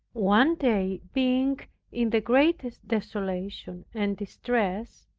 one day being in the greatest desolation and distress,